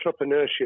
entrepreneurship